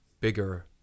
bigger